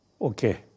Okay